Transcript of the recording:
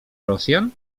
rosjan